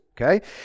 Okay